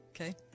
Okay